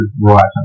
writer